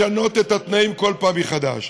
לשנות את התנאים כל פעם מחדש.